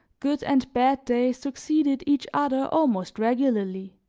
good and bad days succeeded each other almost regularly